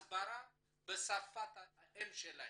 הסברה בשפת האם שלהם.